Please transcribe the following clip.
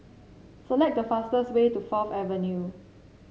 select the fastest way to Fourth Avenue